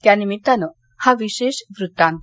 त्या निमित्तानं हा विशेष वृत्तांत